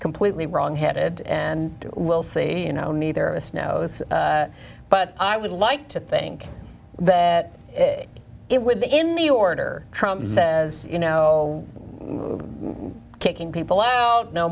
completely wrong headed and will say you know neither of us knows but i would like to think that it would be in the order says you know d kicking people out no